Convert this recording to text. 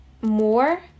more